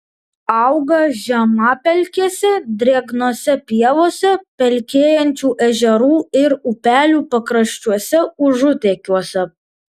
auga žemapelkėse drėgnose pievose pelkėjančių ežerų ir upelių pakraščiuose užutekiuose